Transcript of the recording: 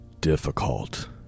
Difficult